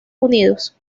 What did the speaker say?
unidos